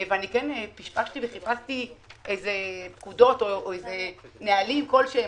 פשפשתי וחיפשתי אם יש פקודות או נהלים כלשהם.